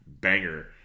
banger